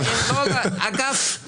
אגב,